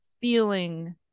feeling